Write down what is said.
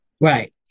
Right